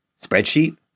spreadsheet